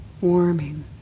warming